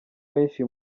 benshi